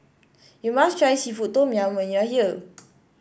you must try seafood Tom Yum when you are here